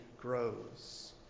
grows